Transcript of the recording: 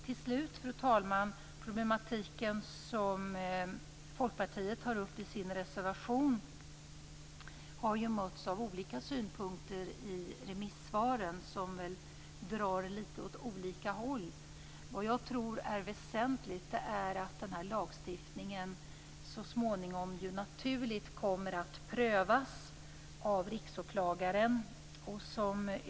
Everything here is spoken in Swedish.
Till slut vill jag säga att den problematik som Folkpartiet tar upp i sin reservation har mötts av olika synpunkter i remissvaren som drar åt lite olika håll. Vad jag tror är väsentligt är att denna lagstiftning så småningom naturligt kommer att prövas av Riksåklagaren.